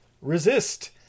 Resist